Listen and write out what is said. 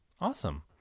Awesome